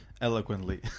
eloquently